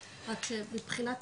רק שמבחינת